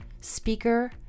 speaker